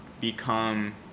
become